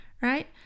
right